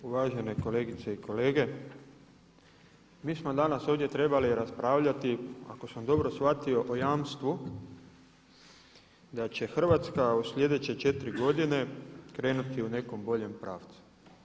Uvažene kolegice i kolege, mi smo danas ovdje trebali raspravljati ako sam dobro shvatio o jamstvu da će Hrvatska u sljedeće četiri godine krenuti u nekom boljem pravcu.